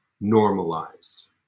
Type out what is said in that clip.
normalized